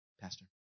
Pastor